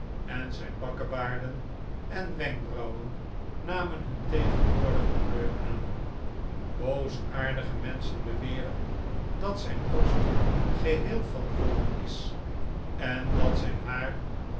en zijn bakkebaarden en wenkbrauwen narnen hun tegenwoordige kleur aan boosaardige menschen beweren dat zijn borst geheel van wol is en dat zijn haar